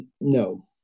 no